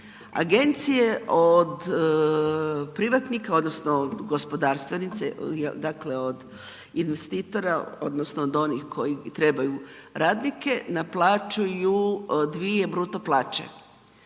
Agencije od privatnika odnosno gospodarstvenike, dakle od investitora, odnosno od onih koji trebaju radnike naplaćuju 2 bruto plaće.